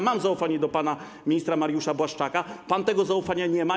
Mam zaufanie do pana ministra Mariusza Błaszczaka, pan tego zaufania nie ma.